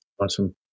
Awesome